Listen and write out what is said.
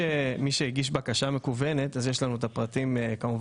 יש לנו את הפרטים של מי שהגיש בקשה מקוונת,